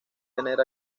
tener